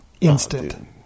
instant